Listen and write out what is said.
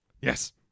Yes